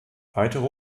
weitere